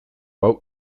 hau